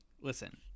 listen